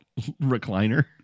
recliner